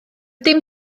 dim